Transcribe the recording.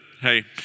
hey